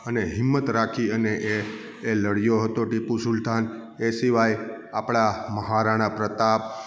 અને હિંમત રાખી અને એ લડ્યો હતો ટીપુ સુલતાન એ સિવાય આપણા મહારાણા પ્રતાપ